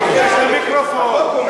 החוק אומר,